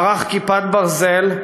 מערך "כיפת ברזל",